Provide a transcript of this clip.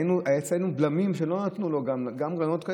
היו אצלנו בלמים שלא נתנו לו לעשות רעיונות כאלה.